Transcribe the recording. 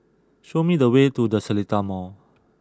show me the way to The Seletar Mall